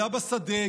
היה בשדה,